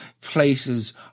places